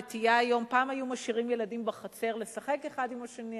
פעם היו משאירים ילדים בחצר לשחק אחד עם השני,